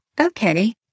okay